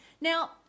Now